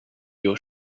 your